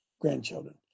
grandchildren